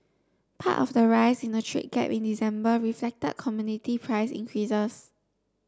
part of the rise in the trade gap in December reflected commodity price increases